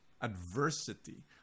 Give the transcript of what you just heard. adversity